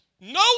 no